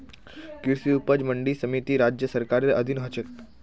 कृषि उपज मंडी समिति राज्य सरकारेर अधीन ह छेक